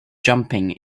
jumping